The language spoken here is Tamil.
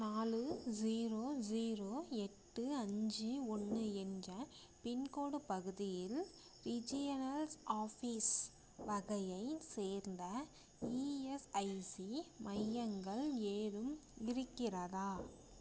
நாலு ஜீரோ ஜீரோ எட்டு அஞ்சு ஒன்று என்ற பின்கோடு பகுதியில் ரீஜியனல்ஸ் ஆஃபீஸ் வகையைச் சேர்ந்த இஎஸ்ஐசி மையங்கள் ஏதும் இருக்கிறதா